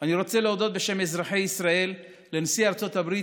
אני רוצה להודות בשם אזרחי ישראל לנשיא ארצות הברית